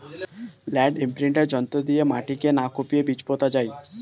land imprinter যন্ত্র দিয়ে মাটিকে না কুপিয়ে বীজ পোতা যায়